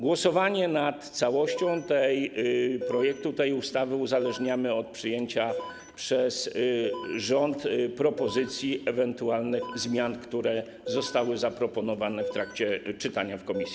Głosowanie nad całością projektu tej ustawy uzależniamy od przyjęcia przez rząd propozycji ewentualnych zmian, które zostały zaproponowane w trakcie czytania w komisji.